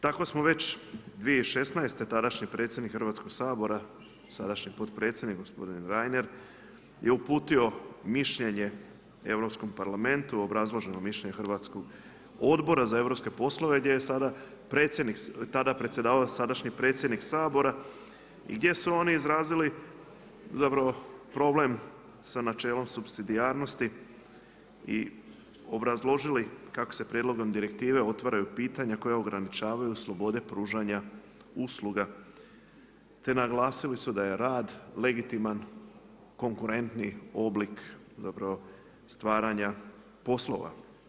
Tako smo već 2016., tadašnji predsjednik Hrvatskog sabora, sadašnji potpredsjednik gospodin Reiner je uputio mišljenje Europskom parlamentu, obrazloženo mišljenje hrvatskog Obora za europske poslove gdje je tada predsjedavao sadašnji predsjednik Sabora i gdje su oni izrazili problem sa načelom supsidijarnosti i obrazložili kako se prijedlogom direktive otvaraju pitanja koja ograničavaju slobode pružanja usluga te naglasili da je rad legitiman, konkurentniji oblik zapravo stvaranja poslova.